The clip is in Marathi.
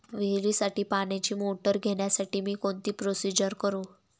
विहिरीसाठी पाण्याची मोटर घेण्यासाठी मी कोणती प्रोसिजर करु?